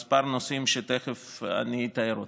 בכמה נושאים שתכף אני אתאר.